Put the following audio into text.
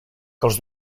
els